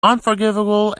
unforgivable